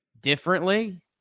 differently